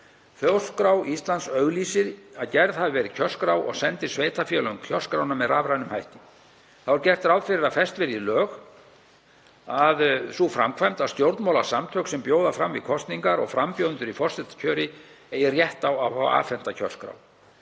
Þjóðskrá Íslands auglýsir að gerð hafi verið kjörskrá og sendir sveitarfélögum kjörskrána með rafrænum hætti. Þá er gert ráð fyrir að fest verði í lög sú framkvæmd að stjórnmálasamtök sem bjóða fram við kosningar og frambjóðendur í forsetakjöri eigi rétt á að fá afhenta kjörskrá.